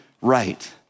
right